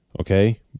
Okay